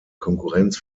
konkurrenz